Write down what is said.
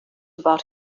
about